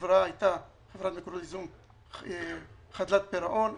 חברת מקורות ייזום הייתה חדלת פירעון,